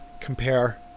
compare